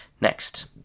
Next